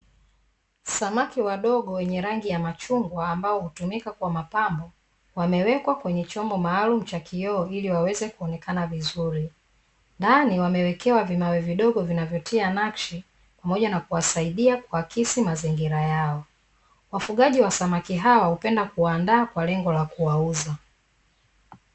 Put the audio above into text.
Samaki wadogo wenye rangi ya machungwa, ambao hutumika kwa mapambo, wamewekwa kwenye chombo maalumu cha kioo ili waeze kuonekana vizuri, ndani wamewekewa vimawe vidogo, vinavyotia nakshi pamoja na kuwasaidia kiakisi mazingira yao. Wafugaji wa samaki hawa hupenda kuwaandaa kwa lengo la kuwauza.